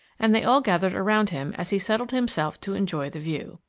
and they all gathered around him as he settled himself to enjoy the view.